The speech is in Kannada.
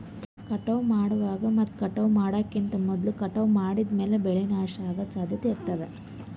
ಕಟಾವ್ ಮಾಡುವಾಗ್ ಮತ್ ಕಟಾವ್ ಮಾಡೋಕಿಂತ್ ಮೊದ್ಲ ಕಟಾವ್ ಮಾಡಿದ್ಮ್ಯಾಲ್ ಬೆಳೆ ನಾಶ ಅಗದ್ ಸಾಧ್ಯತೆ ಇರತಾದ್